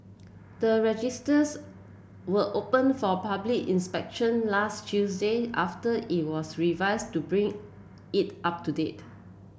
the registers were opened for public inspection last Tuesday after it was revised to bring it up to date